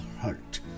heart